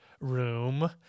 room